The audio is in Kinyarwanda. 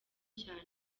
cyane